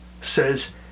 says